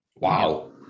Wow